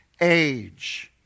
age